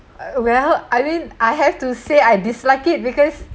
well I mean I have to say I dislike it because